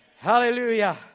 Hallelujah